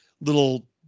little